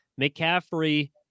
McCaffrey